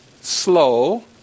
slow